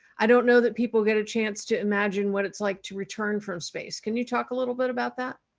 i don't know that people get a chance to imagine what it's like to return from space. can you talk a little bit about that?